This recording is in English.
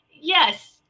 yes